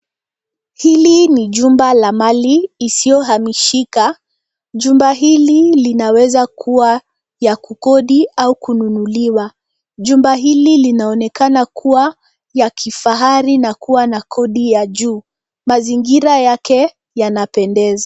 Hili ni jumba la mali isiyohamishika. Jumba hili linaweza kuwa ya kukodi au kununuliwa. Jumba hili linaonekana kuwa ya kifahari na kuwa na kodi ya juu. Mazingira yake yanapendeza.